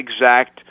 exact